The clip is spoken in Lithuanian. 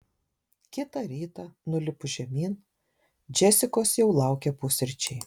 kitą rytą nulipus žemyn džesikos jau laukė pusryčiai